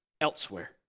elsewhere